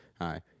hi